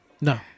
No